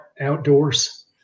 outdoors